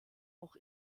auch